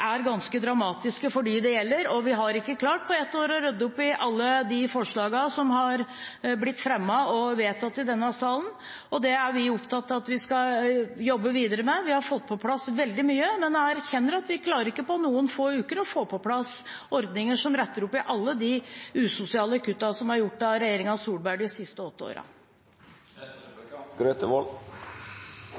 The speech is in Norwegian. er ganske dramatiske for dem det gjelder, og vi har ikke på ett år klart å rydde opp i alle de forslagene som har blitt fremmet og vedtatt i denne salen. Det er vi opptatt av at vi skal jobbe videre med. Vi har fått på plass veldig mye, men erkjenner at vi på noen få uker ikke klarer å få på plass ordninger som retter opp i alle de usosiale kuttene som er gjort av regjeringen Solberg de siste åtte